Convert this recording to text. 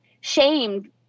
shamed